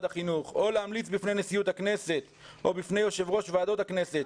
החינוך או להמליץ בפני נשיאות הכנסת או בפני יושב-ראש ועדות הכנסת